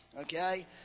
okay